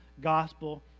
gospel